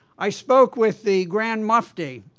i spoke with the grand mufti.